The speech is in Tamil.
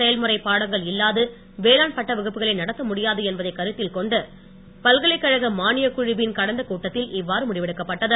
செயல்முறை பாடங்கள் இல்லாது வேளாண் பட்ட வகுப்புகளை நடத்த முடியாது என்பதை கருத்தில் கொண்டு பல்கலைக்கழக மானியக் குழுவின் கடந்த கூட்டத்தில் இவ்வாறு முடிவெடுக்கப்பட்டது